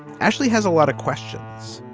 ashley has a lot of questions.